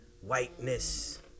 whiteness